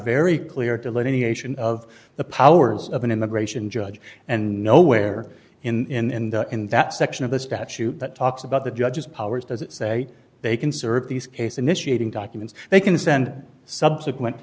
very clear delineation of the powers of an immigration judge and nowhere in that section of the statute that talks about the judge's powers does it say they can serve these case initiating documents they can send subsequent